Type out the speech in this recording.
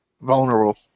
vulnerable